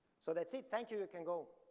so that's it, thank you, you can go.